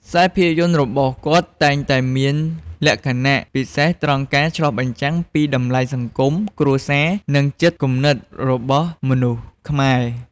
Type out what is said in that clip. ខ្សែភាពយន្តរបស់គាត់តែងតែមានលក្ខណៈពិសេសត្រង់ការឆ្លុះបញ្ចាំងពីតម្លៃសង្គម គ្រួសារ និងចិត្តគំនិតរបស់មនុស្សខ្មែរ។